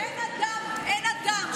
אין אדם שלא יכול להתגייר גיור כהלכה.